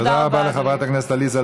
תודה רבה, אדוני.